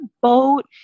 boat